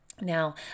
Now